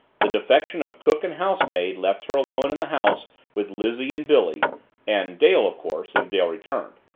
the defection of cook and housemaid left her alone in the house with lizzie and billy and dale, of course, if dale returned.